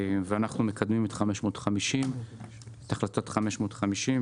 אנחנו מקדמים את החלטה 550,